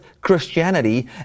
Christianity